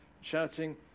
shouting